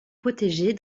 protégée